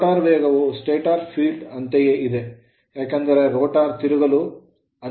rotor ವೇಗವು stator field ಅಂತೆಯೇ ಇದೆ ಏಕೆಂದರೆ ರೋಟರ್ ತಿರುಗಲು ಅನುಮತಿಸುವುದಿಲ್ಲ